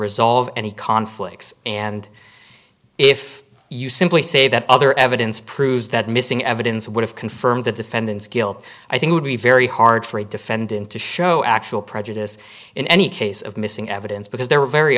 resolve any conflicts and if you simply say that other evidence proves that missing evidence would have confirmed the defendant's guilt i think would be very hard for a defendant to show actual prejudice in any case of missing evidence because there are very